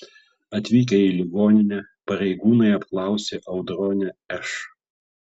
atvykę į ligoninę pareigūnai apklausė audronę š